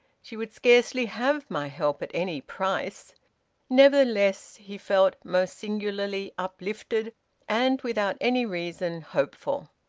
she would scarcely have my help at any price nevertheless he felt most singularly uplifted and, without any reason, hopeful.